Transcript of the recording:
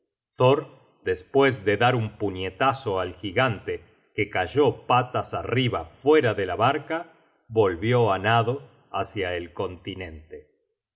despues de dar un puñetazo al gigante que cayó patas arriba fuera dela barca volvió á nado hácia el continente y